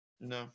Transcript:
No